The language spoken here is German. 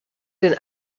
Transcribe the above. den